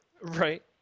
Right